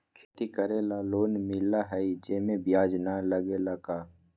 खेती करे ला लोन मिलहई जे में ब्याज न लगेला का?